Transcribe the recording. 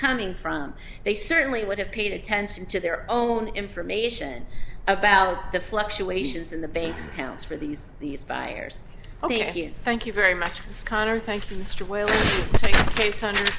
coming from they certainly would have paid attention to their own information about the fluctuations in the bank's accounts for these these buyers thank you very much as con